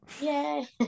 Yay